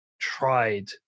tried